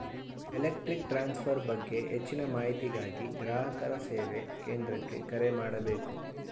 electric transfer ಬಗ್ಗೆ ಹೆಚ್ಚಿನ ಮಾಹಿತಿಗಾಗಿ ಗ್ರಾಹಕರ ಸೇವಾ ಕೇಂದ್ರಕ್ಕೆ ಕರೆ ಮಾಡಬೇಕು